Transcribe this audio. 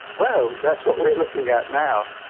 well, that's what we're looking at now.